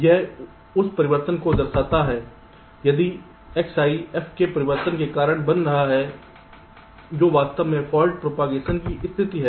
यह उस परिवर्तन को दर्शाता है यदि Xi f में परिवर्तन का कारण बन रहा है जो वास्तव में फाल्ट प्रोपेगेशन की स्थिति है